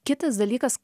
kitas dalykas